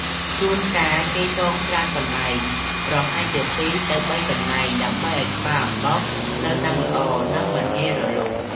ជួនកាលគេចងច្រើនកន្លែង ប្រហែលជា ២ ទៅ ៣ កន្លែង ដើម្បីឲ្យក្បាលអំបោសនៅនឹងល្អ និងមិនងាយរលុះ។